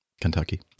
Kentucky